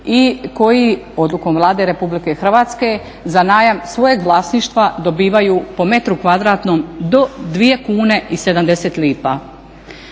i koji odlukom Vlade Republike Hrvatske za najam svojeg vlasništva dobivaju po m2 do 2,70 kuna.